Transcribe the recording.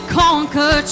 conquer